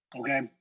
Okay